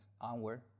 onward